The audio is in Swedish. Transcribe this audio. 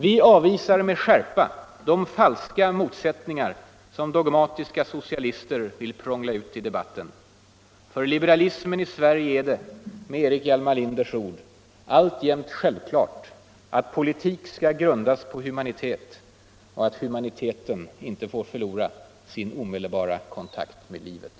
Vi avvisar med skärpa de falska motsättningar som dogmatiska socialister vill prångla ut i debatten. För liberalismen i Sverige är det, med Erik Hjalmar Linders ord, alltjämt självklart att ”politik skall grundas på humanitet och att humaniteten inte får förlora sin omedelbara kontakt med livet”.